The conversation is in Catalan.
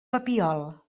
papiol